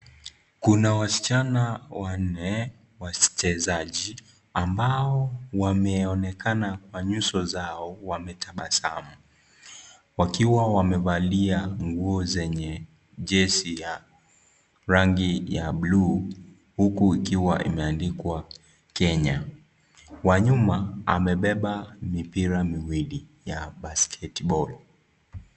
Kuna wasichana wanne wachezaji ambao wameonekana kwa nyuso zao wametabasamu. Wakiwa wamevalia nguo zenye jesi ya rangi bluu huku ikiwa imeandikwa "Kenya". Wa nyuma amebeba mipira miwili ya basketball .